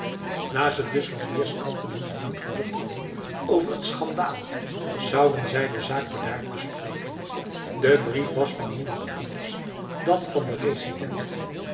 nadat ze dus van weerskanten hun gemoed gelucht hadden over het schandaal zouden zij de zaak bedaard bespreken de brief was van niemand anders dan van de resident